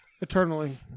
Eternally